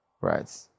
right